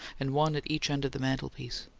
and one at each end of the mantelpiece.